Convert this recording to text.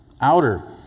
Outer